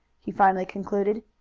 he finally concluded.